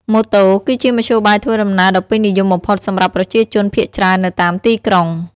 ម៉ូតូ គឺជាមធ្យោបាយធ្វើដំណើរដ៏ពេញនិយមបំផុតសម្រាប់ប្រជាជនភាគច្រើននៅតាមទីក្រុង។